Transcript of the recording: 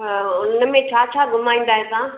हुन में छा छा घुमाईंदा आहियो तव्हां